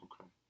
Okay